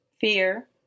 fear